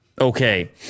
Okay